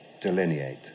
delineate